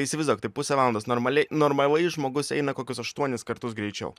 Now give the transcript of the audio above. įsivaizduok tai pusę valandos normaliai normaliai žmogus eina kokius aštuonis kartus greičiau